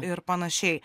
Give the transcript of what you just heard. ir panašiai